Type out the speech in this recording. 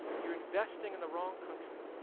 you're investing in the wrong country,